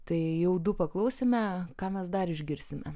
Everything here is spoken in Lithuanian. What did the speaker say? tai jau du paklausėme ką mes dar išgirsime